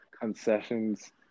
concessions